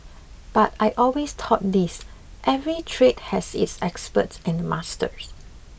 but I always thought this every trade has its experts and masters